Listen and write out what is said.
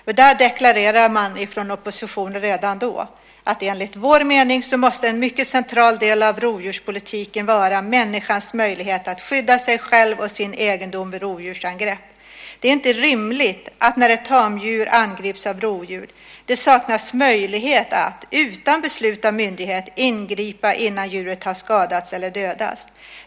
Redan där deklarerar man från oppositionen: "Enligt vår mening måste en mycket central del av rovdjurspolitiken vara människans möjlighet att skydda sig själv och sin egendom vid rovdjursangrepp. Det är inte rimligt att, när ett tamdjur angrips av rovdjur, det saknas möjlighet att, utan beslut av myndighet, ingripa innan djuret har skadats eller dödats.